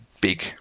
big